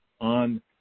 on